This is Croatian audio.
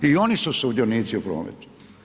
I oni su sudionici u prometu.